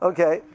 Okay